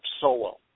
Solo